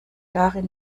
darin